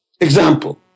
Example